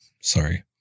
sorry